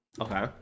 Okay